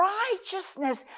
righteousness